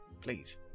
Please